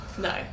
No